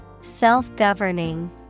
Self-governing